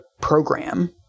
program